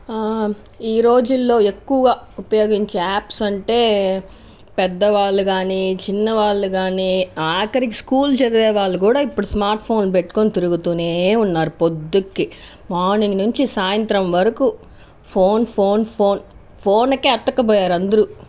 ఈ రోజుల్లో ఎక్కువ ఉపయోగించే ఆప్స్ అంటే పెద్దవాళ్ళు కానీ చిన్నవాళ్ళు కానీ ఆఖరికి స్కూల్ చదివే వాళ్ళు కూడా ఇప్పుడు స్మార్ట్ ఫోన్ పెట్టుకొని తిరుగుతూనే ఉన్నారు పొద్దుకి మార్నింగ్ నుంచి సాయంత్రం వరకు ఫోన్ ఫోన్ ఫోన్ ఫోన్కే అత్తుకపోయారు అందరూ